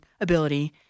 ability